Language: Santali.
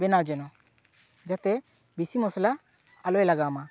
ᱵᱮᱱᱟᱣ ᱡᱮᱱᱚ ᱡᱟᱛᱮ ᱵᱮᱥᱤ ᱢᱚᱥᱞᱟ ᱟᱞᱚᱭ ᱞᱟᱜᱟᱣ ᱢᱟ